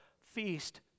feast